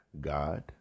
God